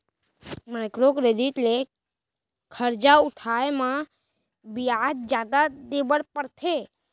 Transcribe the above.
micro credit ले खरजा उठाए म बियाज जादा देबर परथे